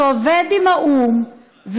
שעובד עם האו"ם.